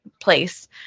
place